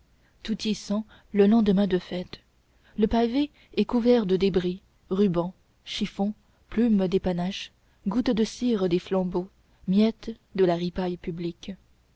tout y sent le lendemain de fête le pavé est couvert de débris rubans chiffons plumes des panaches gouttes de cire des flambeaux miettes de la ripaille publique